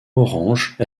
orange